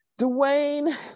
Dwayne